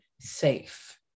safe